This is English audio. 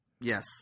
Yes